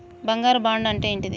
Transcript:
బంగారు బాండు అంటే ఏంటిది?